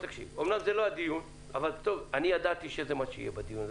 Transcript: אומנם זה לא הדיון אבל אני ידעתי שזה מה שיהיה בדיון הזה.